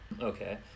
okay